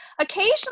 occasionally